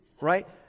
right